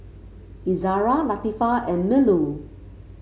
Izzara Latifa and Melur